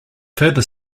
further